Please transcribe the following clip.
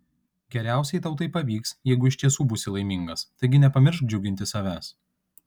geriausiai tau tai pavyks jeigu iš tiesų būsi laimingas taigi nepamiršk džiuginti savęs